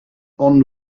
ond